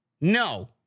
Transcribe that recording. No